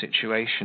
situation